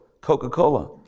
Coca-Cola